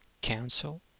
cancel